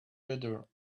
bitter